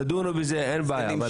תדונו בזה אחר כך, אין בעיה.